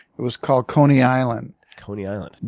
it was called coney island. coney island?